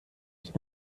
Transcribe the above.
ich